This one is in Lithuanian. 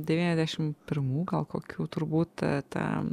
devyniadešim pirmų gal kokių turbūt tą